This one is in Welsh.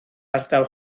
ardal